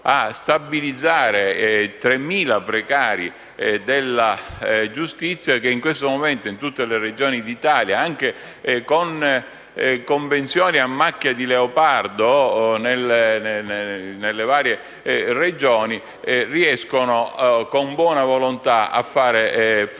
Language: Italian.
a stabilizzare 3.000 precari della giustizia che in questo momento, in tutte le Regioni d'Italia, anche con convenzioni a macchia di leopardo sul territorio nazionale, riescono, con buona volontà, a far funzionare